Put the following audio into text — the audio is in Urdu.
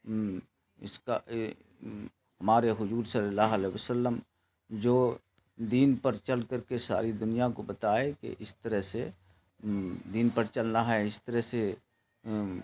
اس کا ہمارے حضور صلی اللہ علیہ وسلم جو دین پر چل کر کے ساری دنیا کو بتائے کہ اس طرح سے دین پر چلنا ہے اس طرح سے